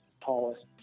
tallest